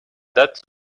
date